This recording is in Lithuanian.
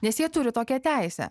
nes jie turi tokią teisę